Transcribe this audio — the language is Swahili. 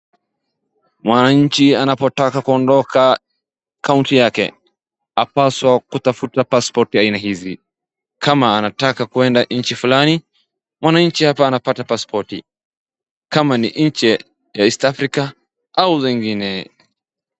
Mwananchi anapotaka kuondoka kaunti yake apaswa kutafuta passport ya aina hizi. kama anataka kuenda nchi fulani mwananchi hapa anapata pasipoti. Kama ni nchi ya East africa au zingine.